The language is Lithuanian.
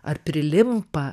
ar prilimpa